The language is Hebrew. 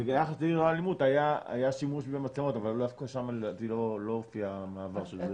ביחס לעיר ללא אלימות היה שימוש במצלמות אבל לדעתי לא הופיע --- אתה